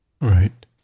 Right